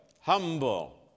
humble